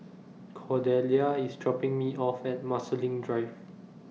Cordelia IS dropping Me off At Marsiling Drive